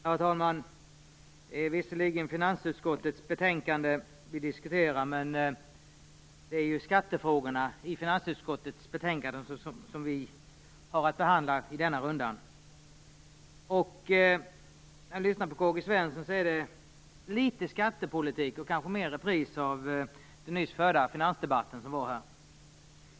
Herr talman! Visserligen är det finansutskottets betänkande som diskuteras, men det är ju skattefrågorna i finansutskottets betänkande som vi har att behandla i denna runda. När jag lyssnade på K-G Svenson var det litet skattepolitik och kanske mer repriser av den här nyss förda finansdebatten.